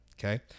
Okay